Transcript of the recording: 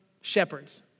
shepherds